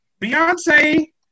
Beyonce